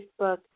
Facebook